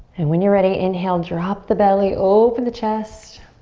and when you're ready, inhale, drop the belly. open the chest.